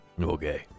Okay